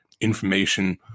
information